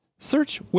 Search